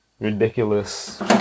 ridiculous